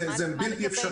זה בלתי אפשרי.